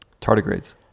Tardigrades